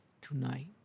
tonight